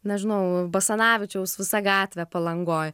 nežinau basanavičiaus visa gatvė palangoj